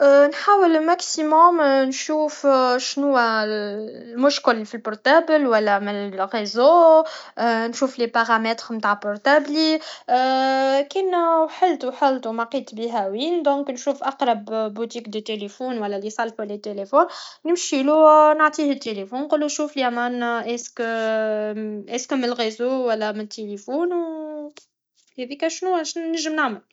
نحاول لماكسيموم نشوف شنوا المشكل فالبورطابل و لا فريزو نشوف لي باغاماتخ نتاع بورطابلي كين وحلت وحلت وملقيت بيها وين نشوف اقرب بوتيك دو تيليفون ولا لي يصلحو لي التيليفون نمشيلو نعطيلو التلفون نقلو شوفلي امان اسك اسك منلغيزو ولا من تيليفون هذيك شنو نجم نعمل